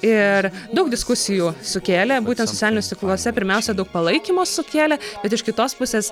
ir daug diskusijų sukėlė būtent socialiniuose tinkluose pirmiausia daug palaikymo sukėlė bet iš kitos pusės